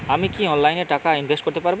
আমি কি অনলাইনে টাকা ইনভেস্ট করতে পারবো?